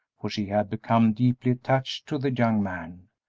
for she had become deeply attached to the young man,